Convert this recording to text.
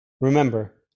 Remember